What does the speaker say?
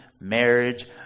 marriage